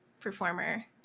performer